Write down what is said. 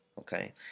Okay